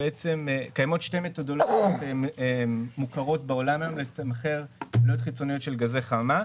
קיימות שתי מתודולוגיות מוכרת בעולם לתמחר עלויות חיצוניות של גזי חממה.